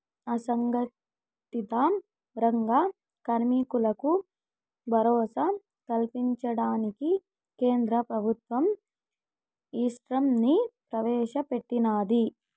అసంగటిత రంగ కార్మికులకు భరోసా కల్పించడానికి కేంద్ర ప్రభుత్వం ఈశ్రమ్ ని ప్రవేశ పెట్టినాది